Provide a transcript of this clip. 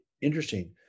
interesting